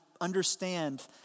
understand